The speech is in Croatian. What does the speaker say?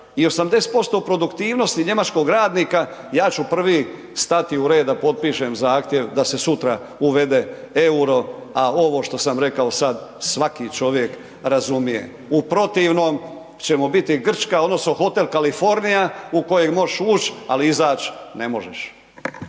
80% produktivnosti njemačkog radnika, ja ću prvi stati u red da potpišem zahtjev da se sutra uvede euro a ovo što sam rekao sad svaki čovjek razumije. U protivnom ćemo biti Grčka, Hotel California u koji možeš ući ali izać ne možeš.